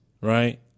right